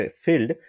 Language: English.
field